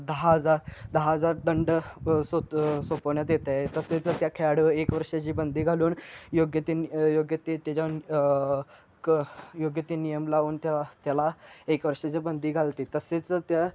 दहा हजार दहा हजार दंड सो सोपवण्यात येतं आहे तसेच त्या खेळाडूवर एक वर्षाची बंदी घालून योग्य ते नि योग्य ते त्याच्या क योग्य ते नियम लावून त्या त्याला एक वर्षाची बंदी घालते तसेच त्या